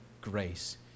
grace